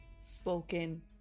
spoken